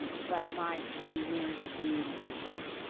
but my team mirrors the communities we serve.